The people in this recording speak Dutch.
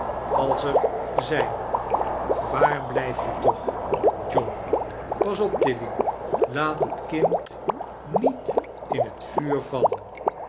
als er charles dickens zijn waar blijf je tocli john pas op tilly laat het kind niet in t vuuir vallen